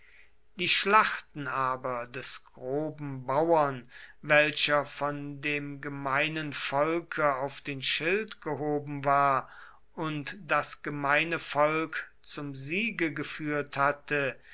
die schlachten aber des groben bauern welcher von dem gemeinen volke auf den schild gehoben war und das gemeine volk zum siege geführt hatte